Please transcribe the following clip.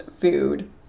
food